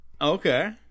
Okay